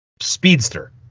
speedster